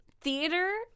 theater